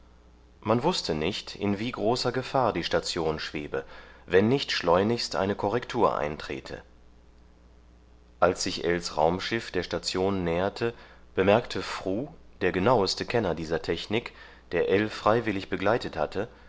man wußte nicht in wie großer gefahr die station schwebe wenn nicht schleunigst eine korrektur eintrete als sich ells raumschiff der station näherte bemerkte fru der genaueste kenner dieser technik der ell freiwillig begleitet hatte